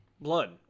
Blood